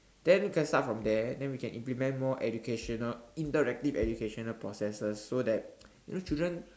then we can start from there then we can implement more educational interactive educational processes so that you know children